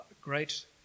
great